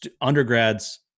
undergrads